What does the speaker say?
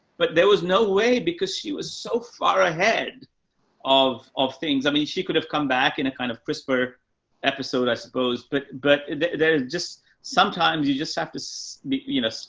but there was no way, because she was so far ahead of of things. i mean, she could have come back in a kind of crispr episode i suppose, but, but there's just sometimes you just have to so be, you know,